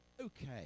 okay